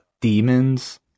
demons